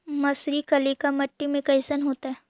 मसुरी कलिका मट्टी में कईसन होतै?